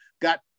got